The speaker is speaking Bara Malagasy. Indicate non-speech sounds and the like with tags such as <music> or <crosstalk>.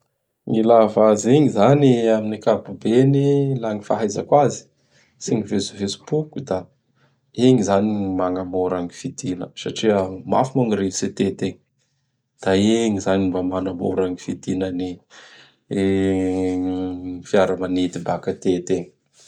Gn'i ilava azy igny zany amign'ankapobeny, laha gny fahaizako azy sy gny vetsovetsopoko; da igny izany magnamora gny fidigna satra mafy moa gny rivotsy atety egny. Da igny izany mba manamora gny fidignan'ny <noise> fiaramanidy baka atety egny. <noise>